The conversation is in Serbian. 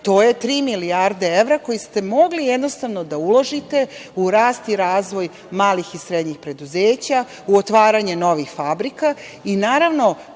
to je tri milijarde evra, koje ste mogli jednostavno da uložite u rast i razvoj malih i srednjih preduzeća, u otvaranje novih fabrika i naravno,